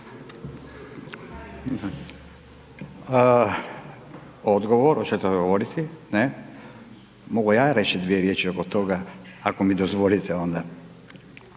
Odgovor, hoćete odgovoriti? Ne. Mogu ja reći dvije riječi oko toga ako mi dozvolite onda,